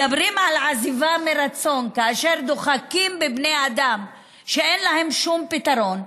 מדברים על עזיבה מרצון כאשר דוחקים בבני אדם שאין להם שום פתרון,